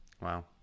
Wow